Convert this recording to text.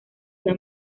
una